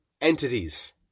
entities